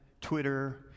Twitter